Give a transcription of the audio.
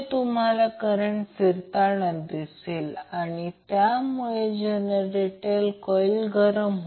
म्हणून Van Vbn Vcn यांना phase voltage म्हणतात याचा अर्थ जर न्यूट्रल लाइन ते लाईन असेल तर ते फेज व्होल्टेज आहे